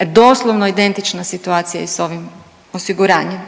Doslovno identična situacija je i sa ovim osiguranjem.